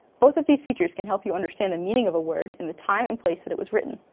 both of these features can help you understand the meaning of a word, and the time and place that it was written.